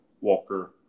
Walker